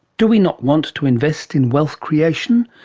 do we not want to invest in wealth creation?